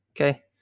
okay